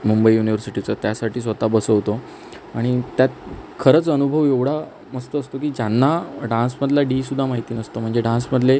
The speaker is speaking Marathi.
मुंबई युनिवर्सिटीचं त्यासाठी स्वत बसवतो आणि त्यात खरंच अनुभव एवढा मस्त असतो की ज्यांना डान्समधला डी सुद्धा माहिती नसतो म्हणजे डान्समधले